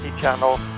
Channel